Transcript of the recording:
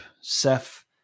Seth